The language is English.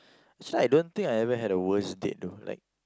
actually I don't think I ever had a worst date though like